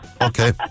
Okay